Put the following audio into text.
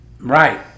Right